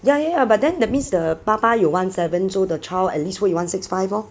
ya ya ya but then that means the 爸爸有 one seven so the child at least 会 one six five orh